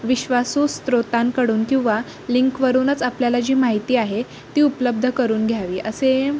विश्वासू स्रोतांकडून किंवा लिंकवरूनच आपल्याला जी माहिती आहे ती उपलब्ध करून घ्यावी असे